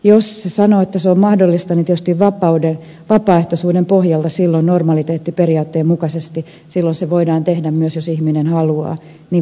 jos se sanoo että se on mahdollista niin tietysti vapaaehtoisuuden pohjalta silloin normaliteettiperiaatteen mukaisesti se voidaan tehdä jos ihminen haluaa vankilassakin